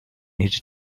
needed